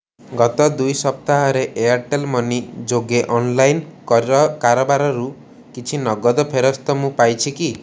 ଗତ ଦୁଇ ସପ୍ତାହରେ ଏୟାର୍ଟେଲ୍ ମନି ଯୋଗେ ଅନଲାଇନ୍ କର କାରବାରରୁ କିଛି ନଗଦ ଫେରସ୍ତ ମୁଁ ପାଇଛି କି